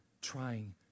trying